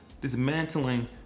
dismantling